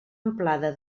amplada